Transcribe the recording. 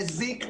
מזיק,